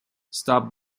stop